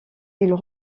ils